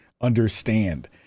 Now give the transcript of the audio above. understand